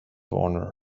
honor